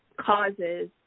causes